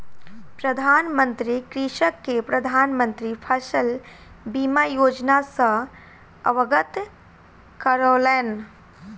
प्रधान मंत्री कृषक के प्रधान मंत्री फसल बीमा योजना सॅ अवगत करौलैन